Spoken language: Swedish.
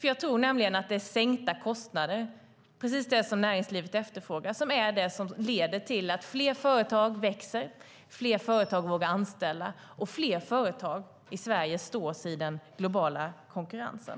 Jag tror nämligen att det är sänkta kostnader - det som näringslivet efterfrågar - som är det som leder till att fler företag växer, att fler företag vågar anställa och att fler företag står sig i den globala konkurrensen.